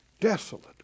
desolate